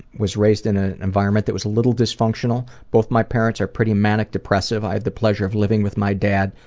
was raised in an environment that was a little dysfunctional. both my parents are pretty manic-depressive. i had the pleasure of living with my dad,